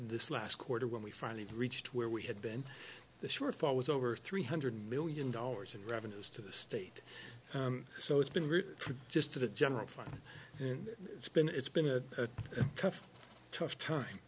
this last quarter when we finally reached where we had been the shortfall was over three hundred million dollars in revenues to the state so it's been route from just to the general fund and it's been it's been a tough tough time